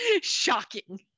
Shocking